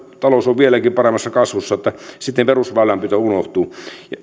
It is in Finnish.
talous on vieläkin paremmassa kasvussa niin että perusväylänpito unohtuu